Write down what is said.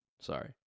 Sorry